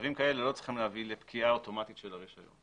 שמצבים כאלה לא צריכים להביא לפקיעה אוטומטית של הרישיון.